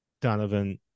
Donovan